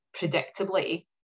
predictably